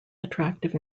attractive